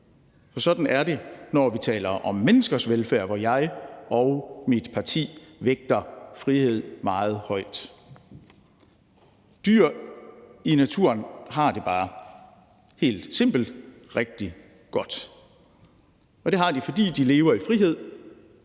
sådan er det, når vi taler om menneskers velfærd, hvor jeg og mit parti vægter frihed meget højt. Dyr i naturen har det bare helt simpelt rigtig godt. Og det har de, fordi de lever i frihed